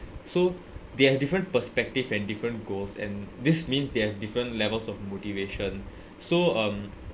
so they have different perspective and different goals and this means they have different levels of motivation so um